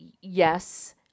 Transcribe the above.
Yes